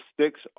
sticks